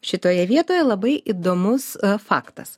šitoje vietoje labai įdomus faktas